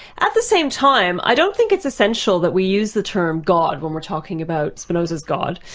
at the same time, i don't think it's essential that we use the term god when we're talking about spinoza's god.